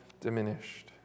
diminished